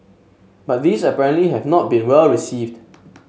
but these apparently have not been well received